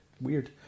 Weird